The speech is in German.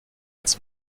als